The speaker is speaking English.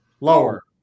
Lower